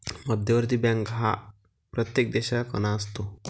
मध्यवर्ती बँक हा प्रत्येक देशाचा कणा असतो